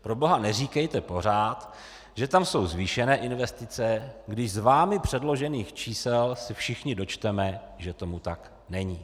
Proboha neříkejte pořád, že tam jsou zvýšené investice, když z vámi předložených čísel se všichni dočteme, že tomu tak není.